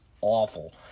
awful